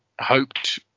hoped